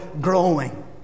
growing